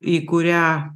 į kurią